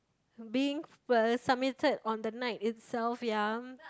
being first submitted on the night itself ya